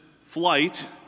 flight